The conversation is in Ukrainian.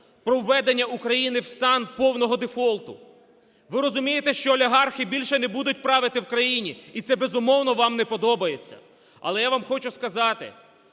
про введення країни в стан повного дефолту. Ви розумієте, що олігархи більше не будуть правити в країні, і це, безумовно, вам не подобається. Але я вам хочу сказати,